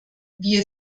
wie